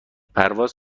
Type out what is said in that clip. پرواز